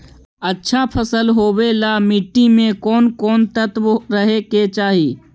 अच्छा फसल होबे ल मट्टी में कोन कोन तत्त्व रहे के चाही?